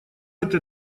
эта